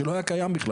זה לא היה קיים בכלל.